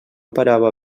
parava